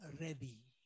ready